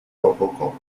rococò